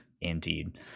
indeed